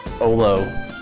Olo